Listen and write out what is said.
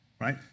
right